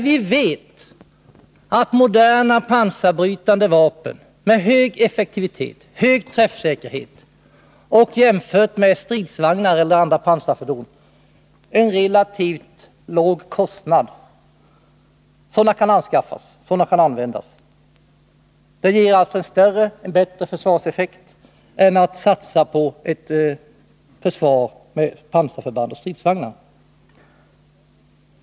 Vi vet att moderna pansarbrytande vapen med stor effektivitet och stor träffsäkerhet kan användas, och jämfört med kostnaderna för stridsvagnar och andra pansarfordon är kostnaden för dessa pansarbrytande vapen relativt låg. De ger en större och bättre försvarseffekt än att satsa på ett försvar med pansarförband och stridsvagnar.